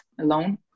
alone